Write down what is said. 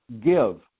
give